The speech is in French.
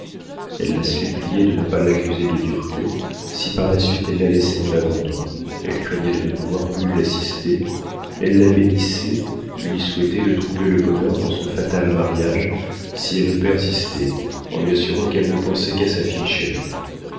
elle la suppliait de ne pas l'accuser de dureté si par la suite elle la laissait dans l'abandon elle craignait de ne pouvoir plus l'assister elle la bénissait lui souhaitait de trouver le bonheur dans ce fatal mariage si elle persistait en lui assurant qu'elle ne pensait qu'à sa fille chérie